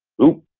whoop,